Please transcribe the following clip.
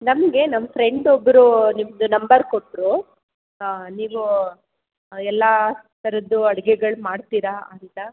ನಮಗೆ ನಮ್ಮ ಫ್ರೆಂಡ್ ಒಬ್ಬರು ನಿಮ್ಮದು ನಂಬರ್ ಕೊಟ್ರು ನೀವು ಎಲ್ಲ ಥರದ್ದು ಅಡುಗೆಗಳು ಮಾಡ್ತೀರಿ ಅಂತ